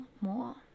more